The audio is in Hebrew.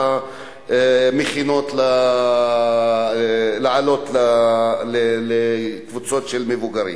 בקבוצות המכינות לעלייה לקבוצות של מבוגרים.